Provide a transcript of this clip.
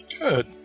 Good